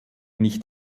nicht